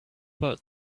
but